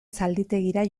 zalditegira